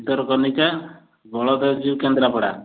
Bhitarkanika Baladevjew Kendrapara